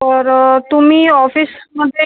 तर तुम्ही ऑफिसमध्ये